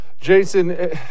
Jason